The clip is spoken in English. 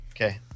Okay